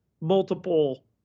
multiple